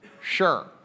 Sure